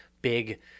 big